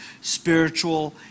spiritual